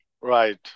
Right